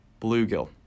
bluegill